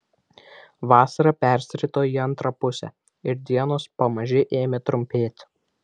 vasara persirito į antrą pusę ir dienos pamaži ėmė trumpėti